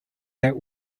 that